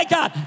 God